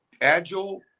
agile